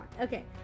okay